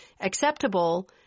acceptable